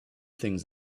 things